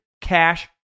cash